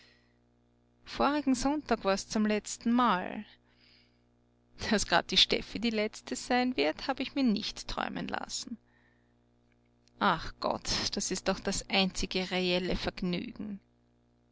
vorigen sonntag war's zum letztenmal daß grad die steffi die letzte sein wird hab ich mir nicht träumen lassen ach gott das ist doch das einzige reelle vergnügen